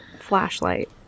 flashlight